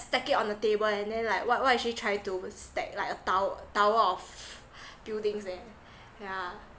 stack it on the table and then like what what is she actually try to stack like a tower tower of buildings leh yeah